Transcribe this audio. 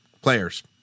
Players